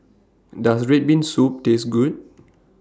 Does Red Bean Soup Taste Good